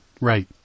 right